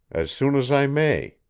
as soon as i may.